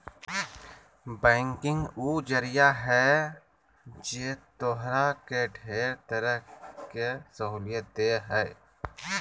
banking उ जरिया है जे तोहरा के ढेर तरह के सहूलियत देह हइ